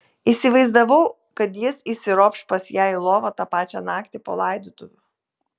įsivaizdavau kad jis įsiropš pas ją į lovą tą pačią naktį po laidotuvių